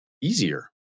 easier